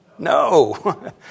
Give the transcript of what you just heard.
No